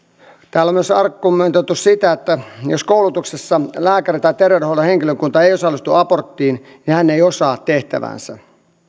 täällä on myös argumentoitu sitä että jos koulutuksessa lääkäri tai terveydenhuollon henkilökunta ei osallistu aborttiin niin hän ei osaa tehtäväänsä